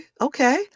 Okay